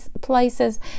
places